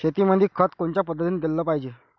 शेतीमंदी खत कोनच्या पद्धतीने देलं पाहिजे?